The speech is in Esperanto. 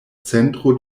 centro